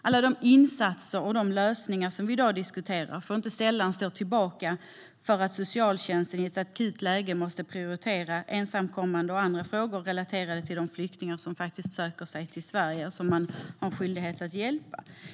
Alla de insatser och lösningar som vi i dag diskuterar får inte sällan stå tillbaka för att socialtjänsten i ett akut läge måste prioritera ensamkommande barn och annat relaterat till de flyktingar som söker sig till Sverige och som man har en skyldighet att hjälpa.